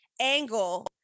angle